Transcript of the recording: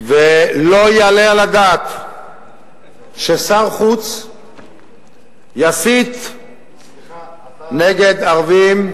ולא יעלה על הדעת ששר חוץ יסית נגד ערבים,